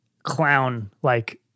Clown-like